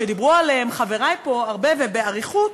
שדיברו עליהן חברי פה הרבה ובאריכות,